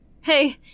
Hey